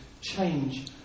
change